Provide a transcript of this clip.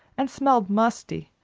and smelled musty,